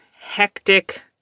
hectic